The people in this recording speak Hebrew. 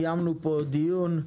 קיימנו פה דיון,